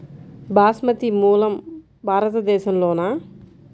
బాస్మతి మూలం భారతదేశంలోనా?